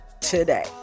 today